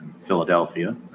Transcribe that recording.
Philadelphia